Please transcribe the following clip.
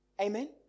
Amen